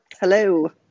Hello